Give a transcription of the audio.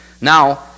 Now